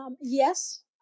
Yes